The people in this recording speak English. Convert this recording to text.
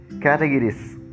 categories